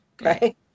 Okay